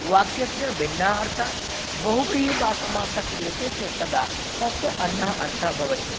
वाक्यस्य भिन्नः अर्थः बहुब्रीहि वा समासः क्रियते चेत् तदा तस्य अन्य अर्थः भवति